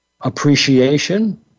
appreciation